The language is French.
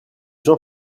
jean